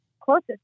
closest